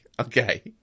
okay